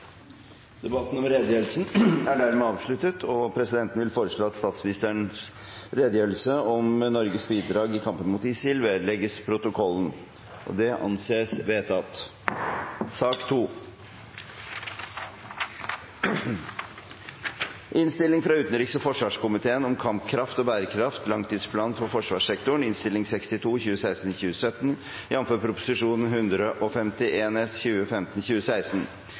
Debatten om redegjørelsen er dermed avsluttet. Presidenten vil foreslå at statsministerens redegjørelse om Norges bidrag i kampen mot ISIL vedlegges protokollen. – Det anses vedtatt. Etter ønske fra utenriks- og forsvarskomiteen vil presidenten foreslå at debatten blir begrenset til 1 time og 35 minutter, og